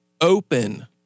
open